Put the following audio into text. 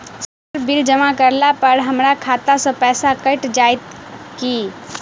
Sir bill जमा करला पर हमरा खाता सऽ पैसा कैट जाइत ई की?